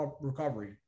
recovery